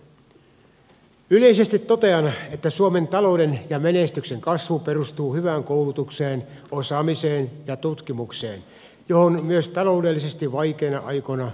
yleisesti totean että suomen talouden ja menestyksen kasvu perustuu hyvään koulutukseen osaamiseen ja tutkimukseen johon myös taloudellisesti vaikeina aikoina tulee panostaa